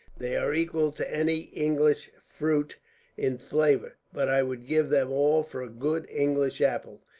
they are equal to any english fruit in flavour, but i would give them all for a good english apple.